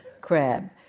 Crab